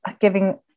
giving